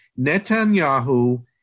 Netanyahu